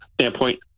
standpoint